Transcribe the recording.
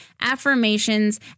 affirmations